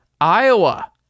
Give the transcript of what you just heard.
Iowa